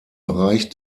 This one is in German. bereich